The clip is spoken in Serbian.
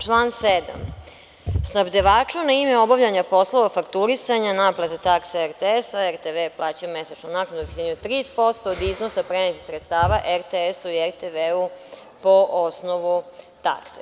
Član 7: „Snabdevaču na ime obavljanja poslova fakturisanja i naplate takse RTS i RTV plaćaju mesečnu naknadu u visini od 3% od iznosa prenetih sredstava RTS-u i RTV-u po osnovu takse“